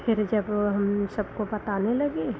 फिर जब हम सबको बताने लगे